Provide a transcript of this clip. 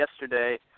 yesterday